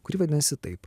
kuri vadinasi taip